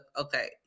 okay